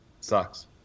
sucks